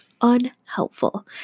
unhelpful